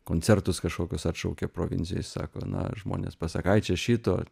koncertus kažkokius atšaukia provincijose sako na žmonės pasak ai čia šito